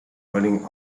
earning